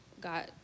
got